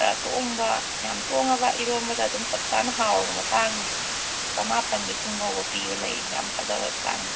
ꯈꯔ ꯇꯣꯡꯕ ꯌꯥꯝ ꯇꯣꯡꯉꯕ ꯏꯔꯣꯟꯕꯗ ꯑꯗꯨꯝ ꯆꯞ ꯆꯥꯅ ꯍꯥꯎꯔꯕ ꯃꯇꯥꯡꯒꯤꯗꯤ ꯆꯃꯥꯄꯜ ꯂꯤꯁꯤꯡ ꯐꯥꯎꯕ ꯄꯤꯕ ꯂꯩ ꯌꯥꯝ ꯐꯖꯕ ꯆꯥꯡꯗ